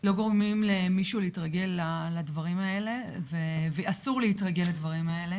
לא גורמים למישהו להתרגל לדברים האלה ואסור להתרגל לדברים האלה